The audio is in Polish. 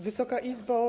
Wysoka Izbo!